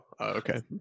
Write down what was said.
okay